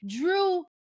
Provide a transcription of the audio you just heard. Drew